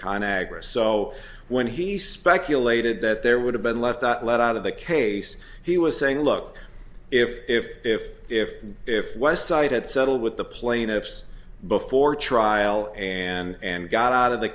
con agra so when he speculated that there would have been left out let out of the case he was saying look if if if if if west side had settled with the plaintiffs before trial and got out of the